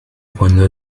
cuando